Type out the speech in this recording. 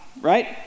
right